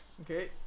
Okay